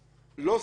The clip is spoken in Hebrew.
לא סביר,